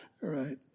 right